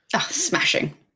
Smashing